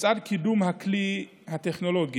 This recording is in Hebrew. לצד קידום הכלי הטכנולוגי,